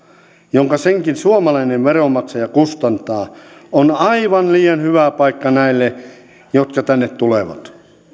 jonka senkin suomalainen veronmaksaja kustantaa on aivan liian hyvä paikka näille jotka tänne tulevat